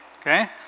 okay